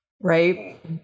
Right